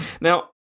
Now